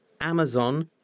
Amazon